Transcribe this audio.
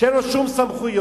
שאין לו שום סמכויות,